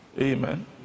amen